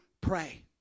Pray